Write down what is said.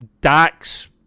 Dax